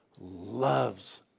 loves